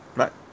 but